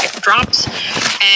drops